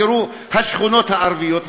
תראו את השכונות הערביות,